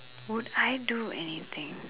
would I do anything